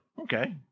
Okay